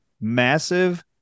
massive